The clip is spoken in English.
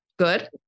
good